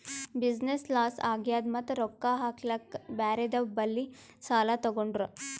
business loss ಆಗ್ಯಾದ್ ಮತ್ತ ರೊಕ್ಕಾ ಹಾಕ್ಲಾಕ್ ಬ್ಯಾರೆದವ್ ಬಲ್ಲಿ ಸಾಲಾ ತೊಗೊಂಡ್ರ